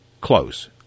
close